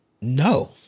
no